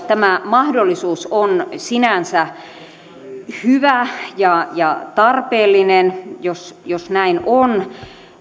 tämä mahdollisuus on sinänsä hyvä ja ja tarpeellinen jos jos näin on